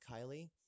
Kylie